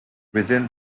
within